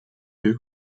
wir